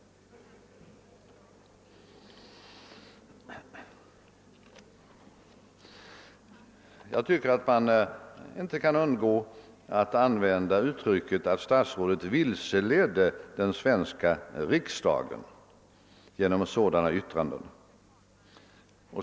Man kan inte låta bli att använda uttrycket att statsrådet vilseledde den svenska riksdagen genom sådana yttranden.